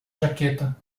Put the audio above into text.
jaqueta